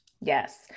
Yes